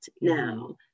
now